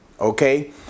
Okay